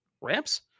ramps